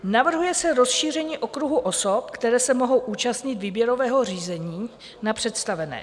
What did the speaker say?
Navrhuje se rozšíření okruhu osob, které se mohou účastnit výběrového řízení na představené.